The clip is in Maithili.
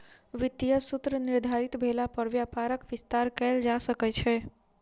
वित्तीय सूत्र निर्धारित भेला पर व्यापारक विस्तार कयल जा सकै छै